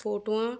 ਫੋਟੋਆਂ